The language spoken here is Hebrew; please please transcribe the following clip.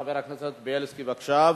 חבר הכנסת זאב בילסקי, בבקשה.